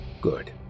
Good